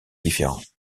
différents